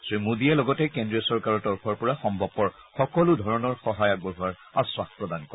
শ্ৰী মোডীয়ে লগতে কেন্দ্ৰীয় চৰকাৰৰ তৰফৰ পৰা সম্ভৱপৰ সকলো ধৰণৰ সহায় আগবঢ়োৱাৰ আশ্বাস প্ৰদান কৰে